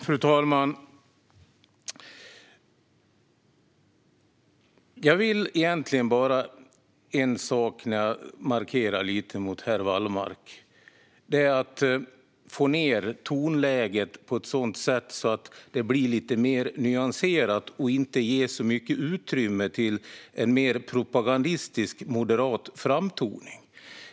Fru talman! Jag vill egentligen bara en sak när jag markerar lite mot herr Wallmark: att få ned tonläget på ett sådant sätt att det blir lite mer nyanserat och inte ger så mycket utrymme till en mer propagandistisk moderat framtoning.